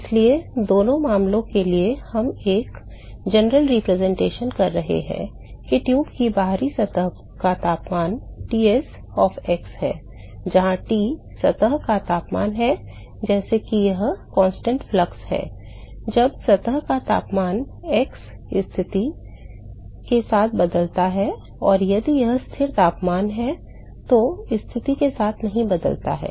इसलिए दोनों मामलों के लिए हम एक सामान्य प्रतिनिधित्व कर सकते हैं कि ट्यूब की बाहरी सतह का तापमान Ts of x है जहां T सतह का तापमान है जैसे कि यह निरंतर प्रवाह है जब सतह का तापमान x स्थिति यह x दिशा है के साथ बदलता है और यदि यह स्थिर तापमान है जो स्थिति के साथ नहीं बदलता है